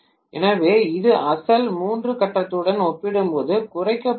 எனவே இது அசல் மூன்று கட்டத்துடன் ஒப்பிடும்போது குறைக்கப்பட்ட கே